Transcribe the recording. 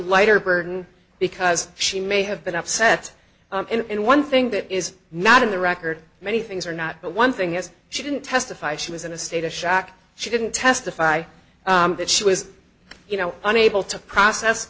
lighter burden because she may have been upset in one thing that is not in the record many things or not but one thing is she didn't testify she was in a state of shock she didn't testify that she was you know unable to process